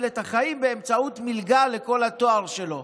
את החיים באמצעות מלגה לכל התואר שלו.